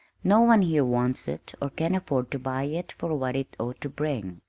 no one here wants it or can afford to buy it for what it ought to bring.